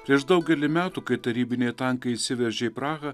prieš daugelį metų kai tarybiniai tankai įsiveržė į prahą